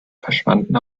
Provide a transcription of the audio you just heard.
verschwanden